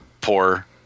poor